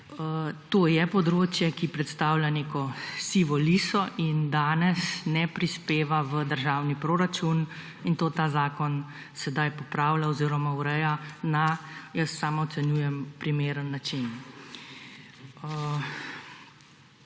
To je področje, ki predstavlja neko sivo liso in danes ne prispeva v državni proračun, in to ta zakon sedaj popravlja oziroma ureja na, kot jaz sama ocenjujem, primeren način.